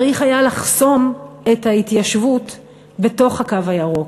צריך היה לחסום את ההתיישבות בתוך הקו הירוק.